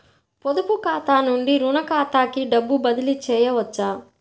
పొదుపు ఖాతా నుండీ, రుణ ఖాతాకి డబ్బు బదిలీ చేయవచ్చా?